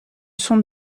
sont